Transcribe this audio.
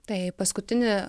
tai paskutinį